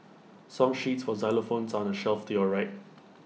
song sheets for xylophones are on the shelf to your right